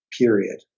period